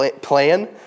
plan